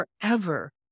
forever